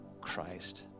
Christ